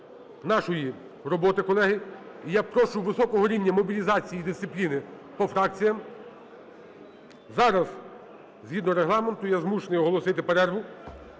нашої роботи, колеги. І я прошу високого рівня мобілізації і дисципліни по фракціям. Зараз згідно Регламенту я змушений оголосити перерву